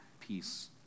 peace